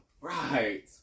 Right